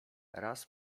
raz